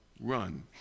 Run